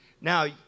Now